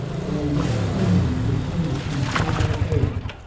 while he went to england to attend to some family affairs.